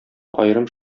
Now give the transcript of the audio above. аерым